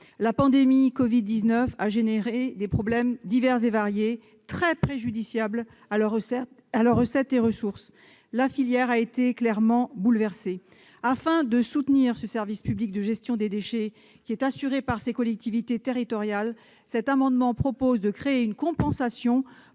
La pandémie de covid-19 a généré divers problèmes, très préjudiciables à leurs recettes et ressources. La filière a été nettement bouleversée. Afin de soutenir ce service public de gestion des déchets qui est assurée par les collectivités territoriales, il est proposé ici, en raison